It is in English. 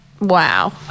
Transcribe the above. Wow